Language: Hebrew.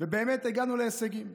והגענו להישגים.